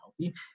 healthy